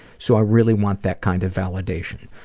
so i really want that kind of validation.